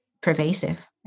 pervasive